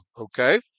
okay